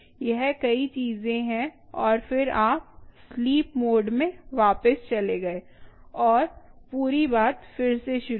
यह कई चीजें हैं और फिर आप स्लीप मोड में वापस चले गए और पूरी बात फिर से शुरू हुई